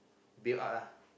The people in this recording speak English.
build out ah